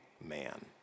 man